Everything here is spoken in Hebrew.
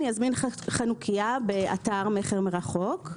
אזמין אותה באתר מכר מרחוק,